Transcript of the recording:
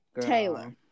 Taylor